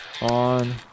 on